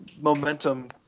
momentum